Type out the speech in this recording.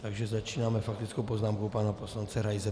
Takže začínáme faktickou poznámkou pana poslance Raise.